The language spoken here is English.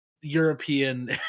European